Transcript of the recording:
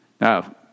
Now